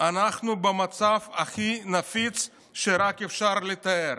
אנחנו במצב הכי נפיץ שרק אפשר לתאר.